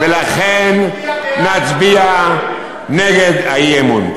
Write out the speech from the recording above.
ולכן נצביע נגד האי-אמון.